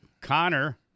Connor